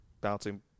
bouncing